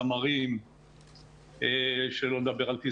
גם של הזמרים וגם של התזמורות.